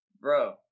Bro